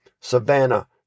Savannah